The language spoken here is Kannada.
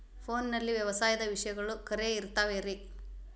ಫೋನಲ್ಲಿ ವ್ಯವಸಾಯದ ವಿಷಯಗಳು ಖರೇ ಇರತಾವ್ ರೇ?